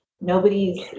nobody's